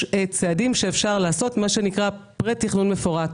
יש צעדים שאפשר לעשות, מה שנקרא פרה-תכנון מפורט,